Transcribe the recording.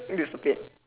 and disappeared